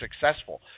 successful